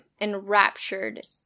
enraptured